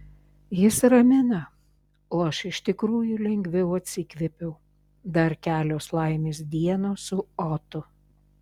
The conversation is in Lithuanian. jis ramina o aš iš tikrųjų lengviau atsikvėpiau dar kelios laimės dienos su otu